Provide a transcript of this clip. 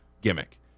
gimmick